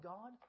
God